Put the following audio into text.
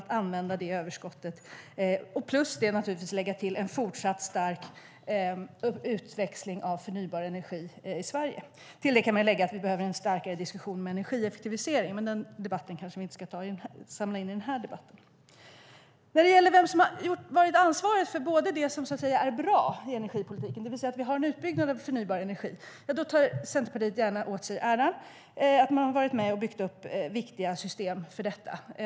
Till det kommer naturligtvis en fortsatt stark utväxling av förnybar energi. Tilläggas kan att vi behöver en djupare diskussion om energieffektivisering, men den debatten kanske vi inte ska ta här och nu. När det gäller vem som varit ansvarig för det som är bra i energipolitiken, det vill säga att vi har en utbyggnad av förnybar energi, tar Centerpartiet gärna åt sig äran för att ha varit med och byggt upp viktiga system för detta.